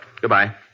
Goodbye